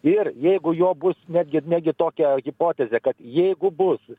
ir jeigu jo bus netgi negi tokia hipotezė kad jeigu bus